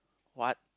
what